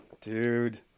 dude